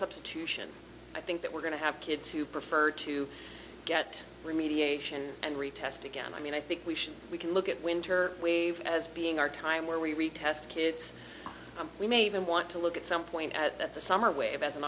substitution i think that we're going to have kids who prefer to get remediation and retest again i mean i think we should we can look at winter wave as being our time where we retest kids and we may even want to look at some point at the summer wave as an